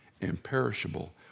imperishable